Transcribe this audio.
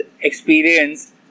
experience